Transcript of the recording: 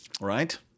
Right